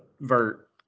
vert